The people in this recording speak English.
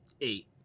Eight